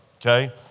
okay